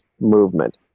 movement